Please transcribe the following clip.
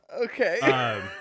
Okay